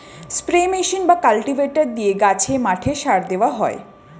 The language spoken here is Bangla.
স্প্রে মেশিন বা কাল্টিভেটর দিয়ে গাছে, মাঠে সার দেওয়া হয়